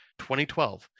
2012